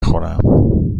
خورم